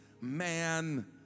man